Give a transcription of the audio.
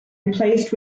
replaced